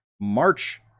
March